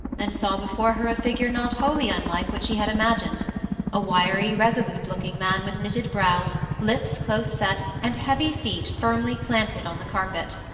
and saw before her a figure not wholly unlike what she had imagined a wiry, resolute-looking man, with knitted brows, lips close-set, and heavy feet firmly planted on the carpet.